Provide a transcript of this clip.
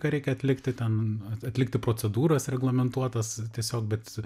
ką reikia atlikti ten atlikti procedūras reglamentuotas tiesiog bet